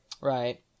Right